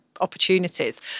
opportunities